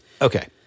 Okay